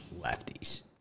lefties